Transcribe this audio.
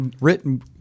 written